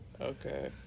Okay